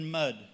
mud